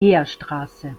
heerstraße